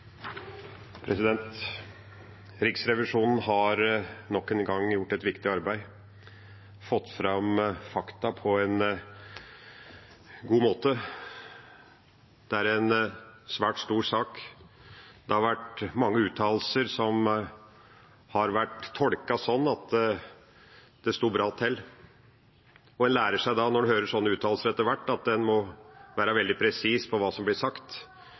Riksrevisjonen har nok en gang gjort et viktig arbeid og fått fram fakta på en god måte. Det er en svært stor sak. Det har vært mange uttalelser som har vært tolket sånn at det sto bra til. En lærer seg da etter hvert, når en hører sånne uttalelser, at en må være veldig presis på hva som blir sagt,